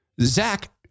Zach